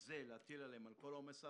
זה מטיל עליהם תוספת על כל העומס האחר.